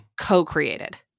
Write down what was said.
co-created